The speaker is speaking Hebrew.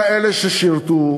אלה ששירתו,